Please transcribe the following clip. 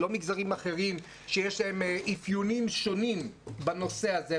לא מגזרים אחרים שיש להם אפיונים שונים בנושא הזה,